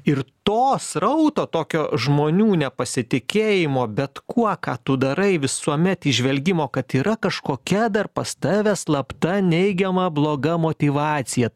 ir to srauto tokio žmonių nepasitikėjimo bet kuo ką tu darai visuomet įžvelgimo kad yra kažkokia dar pas tave slapta neigiama bloga motyvacija